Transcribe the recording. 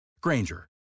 Granger